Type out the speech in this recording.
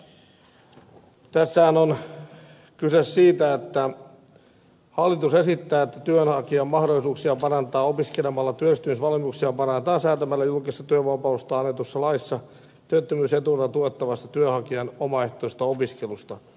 tässähän on kyse siitä että hallitus esittää että työnhakijan mahdollisuuksia parantaa opiskelemalla työllistymisvalmiuksia parannetaan säätämällä julkisesta työvoimapalvelusta annetussa laissa työttömyysetuna tuettavasta työnhakijan omaehtoisesta opiskelusta